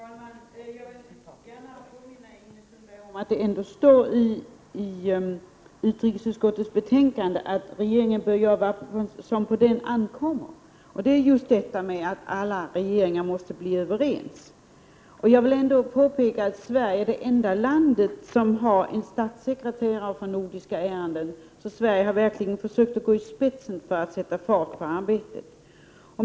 Herr talman! Jag vill gärna påminna Ingrid Sundberg om att det ändå står i utrikesutskottets betänkande att regeringen bör göra vad som på den ankommer. Men alla regeringar måste bli överens. Jag vill påpeka att Sverige är det enda land som har en statssekreterare för nordiska ärenden, så Sverige har verkligen försökt gå i spetsen för att sätta fart på arbetet.